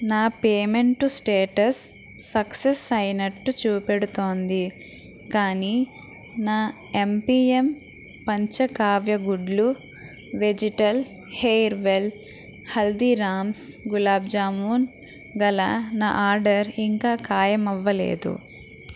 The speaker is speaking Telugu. నా పేమెంటు స్టేటస్ సక్సెస్ అయినట్టు చూపెడుతోంది కానీ నా ఎంపీఎం పంచకావ్య గుడ్లు vegetal hair well Haldiram's gulab jamun గల నా ఆర్డర్ ఇంకా ఖాయమవ్వలేదు